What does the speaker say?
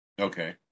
Okay